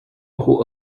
who